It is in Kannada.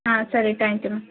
ಹಾಂ ಸರಿ ತ್ಯಾಂಕ್ ಯು ಮ್ಯಾಮ್